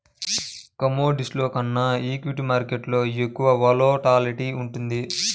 కమోడిటీస్లో కన్నా ఈక్విటీ మార్కెట్టులో ఎక్కువ వోలటాలిటీ ఉంటుంది